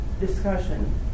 discussion